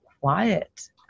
quiet